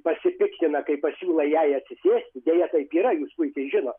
pasipiktina kai pasiūlai jai atsisėsti deja taip yra jūs puikiai žinot